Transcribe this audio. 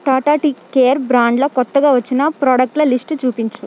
Tata tea care బ్రాండ్లో కొత్తగా వచ్చిన ప్రాడక్టుల లిస్టు చూపించు